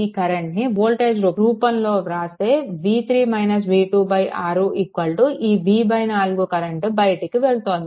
ఈ కరెంట్ని వోల్టేజ్ రూపంలో వ్రాస్తే 6 ఈ v4 కరెంట్ బయటికి వెళ్తోంది